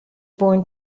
born